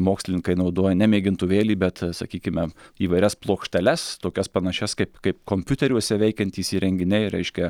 mokslininkai naudoja ne mėgintuvėlį bet sakykime įvairias plokšteles tokias panašias kaip kaip kompiuteriuose veikiantys įrenginiai reiškia